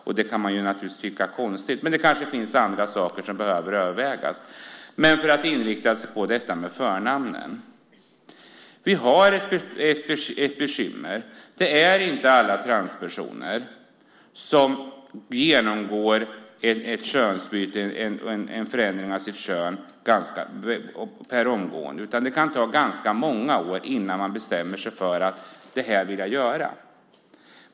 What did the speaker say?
Man kan tycka det är konstigt, men det kanske finns andra saker som behöver övervägas. Förnamnen är ett bekymmer. Inte alla transpersoner genomgår ett könsbyte och en förändring av sitt kön per omgående, utan det kan ta ganska många år innan man bestämmer sig för att göra detta.